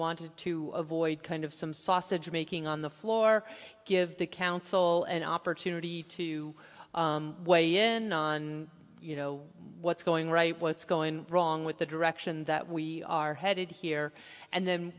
wanted to avoid kind of some sausage making on the floor give the council an opportunity to weigh in on you know what's going right what's going wrong with the direction that we are headed here and then